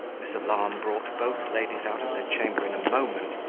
this alarm brought both ladies out of their chamber in a moment,